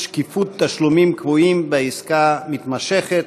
שקיפות תשלומים קבועים בעסקה מתמשכת),